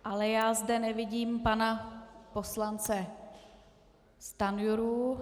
Ale já zde nevidím pana poslance Stanjuru.